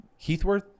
Heathworth